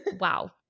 wow